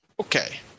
Okay